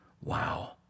Wow